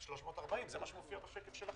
זה מה שמופיע בשקף שלכם.